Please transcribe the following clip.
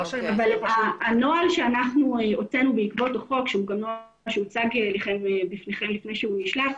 הנוהל שאנחנו הוצאנו בעקבות החוק שהוצג בפניכם לפני שהוא נשלח,